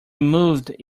moved